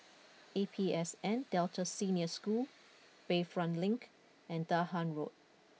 A P S N Delta Senior School Bayfront Link and Dahan Road